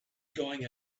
going